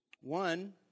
One